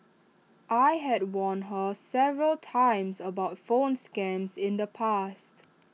I had warned her several times about phone scams in the past